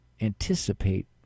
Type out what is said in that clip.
anticipate